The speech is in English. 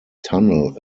tunnel